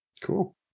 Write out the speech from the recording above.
Cool